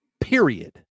Period